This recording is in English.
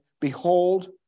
behold